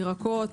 ירקות,